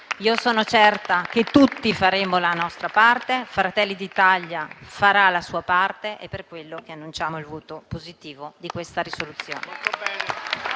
Sono certa che tutti faremo la nostra parte e Fratelli d'Italia farà la sua parte. Per questo annunciamo il voto favorevole su questa risoluzione.